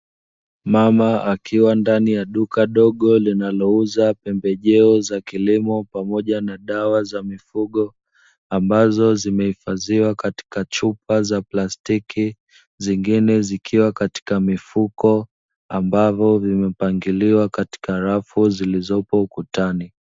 Mama akiwa ndani ya duka dogo linalouza pembejeo za kilimo pamoja na dawa za mifugo, ambazo zimehifadhiwa katika chupa za plastiki zingine zikiwa katika mifuko, ambazo zimepangilia katika rafu zilizopo ukutani.